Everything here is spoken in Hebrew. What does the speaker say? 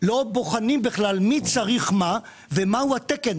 לא בוחנים בכלל מי צריך מה ומה הוא התקן,